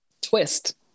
Twist